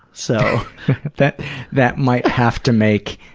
so that that might have to make